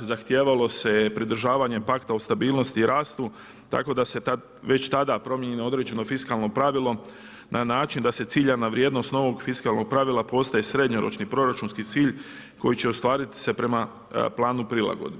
zahtjevalo se pridržavanjem pakta o stabilnosti i rastu, tako da se već tada promijenjeno određeno fiskalno pravilo na način da se ciljana vrijednost novog fiskalno pravila postaje srednjoročni proračunski cilj koji će ostvariti se prema planu prilagodne.